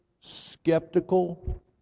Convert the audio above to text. skeptical